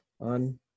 on